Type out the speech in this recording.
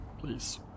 please